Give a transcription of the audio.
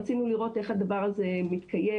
רצינו לראות איך הדבר הזה מתקיים,